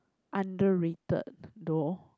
underrated though